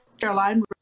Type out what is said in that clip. Caroline